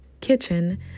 kitchen